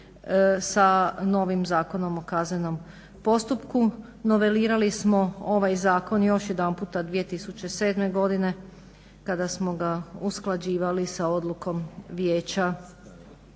sa novim Zakonom o kaznenom postupku, novelirali smo ovaj zakon i još jedanput 2007. godine kada smo ga usklađivali sa odlukom Vijeća